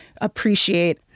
appreciate